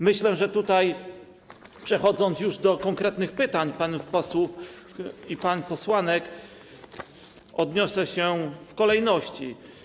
Myślę, że tutaj przejdę już do konkretnych pytań panów posłów i pań posłanek, odniosę się do nich w kolejności.